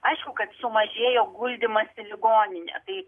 aišku kad sumažėjo guldymas į ligoninę tai